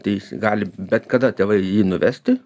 tai jisai gali bet kada tėvai jį nuvesti